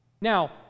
Now